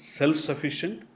self-sufficient